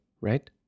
Right